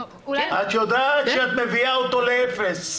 את יודעת שאת מביאה אותו לאפס.